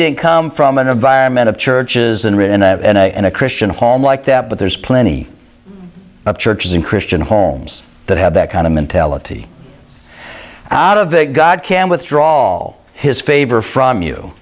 didn't come from an environment of churches and written in a christian home like that but there's plenty of churches in christian homes that have that kind of mentality out of that god can withdraw all his favor from you